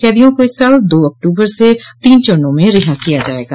कैदियों को इस साल दो अक्तूबर से तीन चरणों में रिहा किया जायेगा